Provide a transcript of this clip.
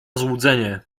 złudzenie